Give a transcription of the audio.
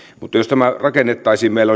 mutta jos tämä rakennettaisiin meillä